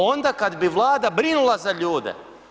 Onda kad bi Vlada brinula za ljude.